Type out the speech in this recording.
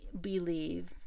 believe